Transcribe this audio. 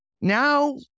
Now